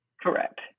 Correct